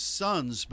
sons